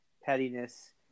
pettiness